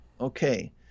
Okay